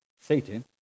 Satan